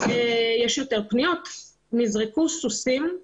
יש יותר פניות, נזרקו סוסים,